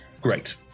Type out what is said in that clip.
Great